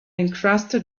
encrusted